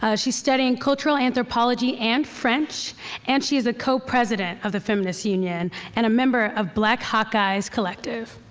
ah she's studying cultural anthropology and french and she is a co-president of the feminist's union and a member of black hawkeye's collective.